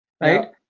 Right